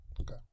Okay